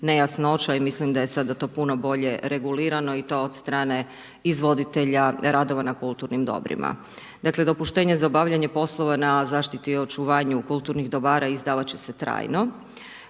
nejasnoća i mislim da je sada to puno bolje regulirano i to od strane izvoditelja radova na kulturnim dobrima. Dakle, dopuštenje za obavljanje poslova, na zaštiti i očuvanju kulturnih dobara, izdavati će se trajno,